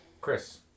Chris